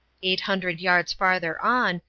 eight hundred yards farther on,